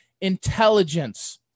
intelligence